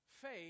faith